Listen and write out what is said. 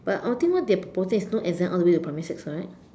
but I think what they are proposing is not exam all the way to primary six right